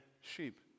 sheep